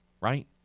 right